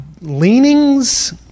leanings